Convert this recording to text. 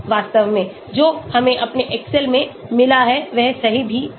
वास्तव में जो हमें अपने एक्सेल में मिला है वह सही भी है